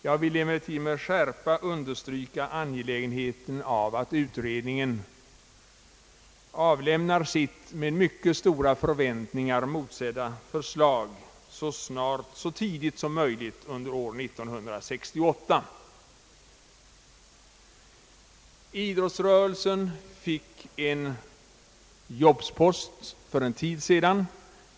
Jag vill emellertid med skärpa framhålla angelägenheten av att utredningen så tidigt som möjligt under år 1968 avlämnar sitt med mycket stora förväntningar motsedda förslag. Idrottsrörelsen fick en jobspost för någon tid sedan.